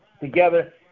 together